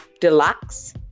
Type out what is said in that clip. deluxe